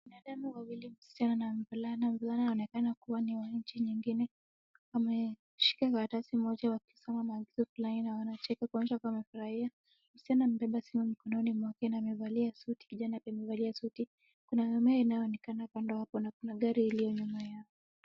Binadamu wawili msichana na mvulana ,mvulana anaonekana kuwa ni wa nchi nyingine, ameshika karatasi moja wakisoma maandiko onyesha wakiwa wamefuraia, msichana amebeba simu mkononi mwake amevalia suti mvulana pia amevalia suti kuna mimea inaonekana kando hapo na kuna gari iliyo nyuma yao.